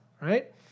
right